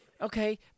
Okay